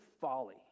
Folly